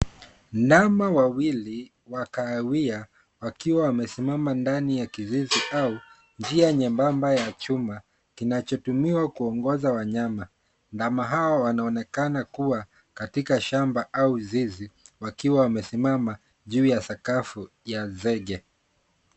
Ndama wawili wakahawia, wakiwa wamesimama ndani ya kizizi au njia nyebamba ya chuma, kinachotumiwa kuongoza wanyama. Ndama hao wanaonekana kuwa katika shamba au zizi wakiwa wamesimama juu ya sakafu ya zenge.